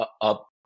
up